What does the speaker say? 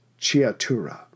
Chiatura